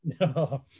No